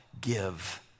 give